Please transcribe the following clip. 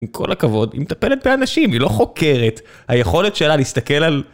עם כל הכבוד, היא מטפלת באנשים, היא לא חוקרת. היכולת שלה להסתכל על...